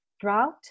drought